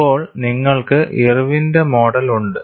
അപ്പോൾ നിങ്ങൾക്ക് ഇർവിന്റെ മോഡൽ ഉണ്ട്